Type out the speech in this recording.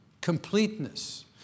completeness